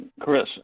Chris